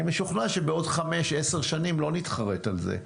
אני משוכנע שבעוד חמש 10-5 שנים לא נתחרט על זה.